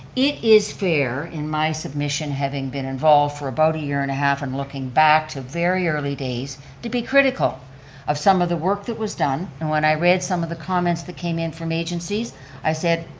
it is fair, in my submission, having been involved for about a year and a half and looking back to very early days to be critical of some of the work that was done. and when i read some of the comments that came in from agencies i said,